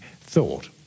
thought